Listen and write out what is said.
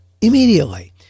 immediately